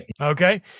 Okay